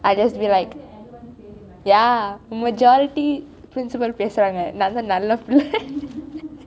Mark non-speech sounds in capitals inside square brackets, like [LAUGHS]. ya majority principal பேசுறாங்க நான் தான் நல்ல பிள்ளைனு:pesuranka naan thaan nalla pillainu [LAUGHS]